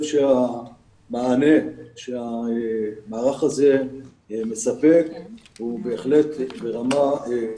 שהמענה שהמערך הזה מספק הוא בהחלט ברמה גבוהה.